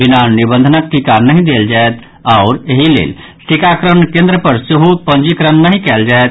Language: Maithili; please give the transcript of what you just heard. बिना निबंधनक टीका नहि देल जायत आओर एहि लेल टीकाकरण केन्द्र पर सेहो पंजीकरण नहि कयल जायत